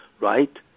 right